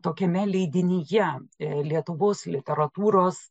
tokiame leidinyje lietuvos literatūros